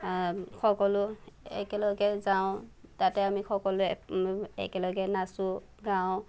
সকলো একেলগে যাওঁ তাতে আমি সকলোৱে একেলগে নাচো গাওঁ